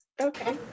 Okay